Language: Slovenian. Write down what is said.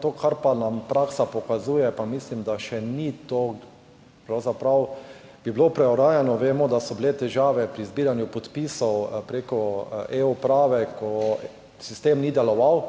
to, kar nam praksa kaže, pa mislim, da še ni to, pravzaprav bi bilo preuranjeno. Vemo, da so bile težave pri zbiranju podpisov prek eUprave, ko sistem ni deloval.